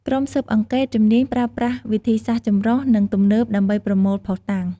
ក្រុមស៊ើបអង្កេតជំនាញប្រើប្រាស់វិធីសាស្រ្តចម្រុះ និងទំនើបដើម្បីប្រមូលភស្តុតាង។